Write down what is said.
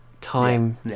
time